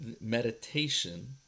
meditation